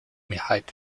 mehrheit